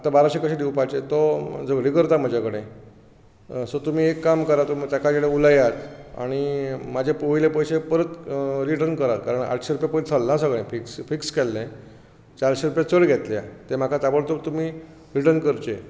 आता बाराशें कशें दिवपाचे तो झगडी करता म्हजे कडेन सो तुमी एक काम करात तुमी ताचे कडेन उलयात आनी म्हजे वयले पयशे परत रिटर्न करात कारण आठशें रूपया पयलीं थारलां सगळें फिक्स फिक्स केल्लें चारशें रूपया चड घेतल्या ते म्हाका ताबडतोब तुमी रिटर्न करचे